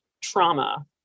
trauma